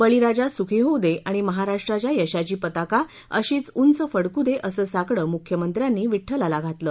बळीराजा सूखी होऊ दे आणि महाराष्ट्राच्या यशाची पताका अशीच उंच फडकू दे असं साकडं मुख्यमंत्र्यानी विठ्ठलाला घातलं